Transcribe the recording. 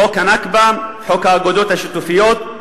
חוק ה"נכבה", חוק האגודות השיתופיות,